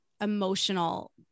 emotional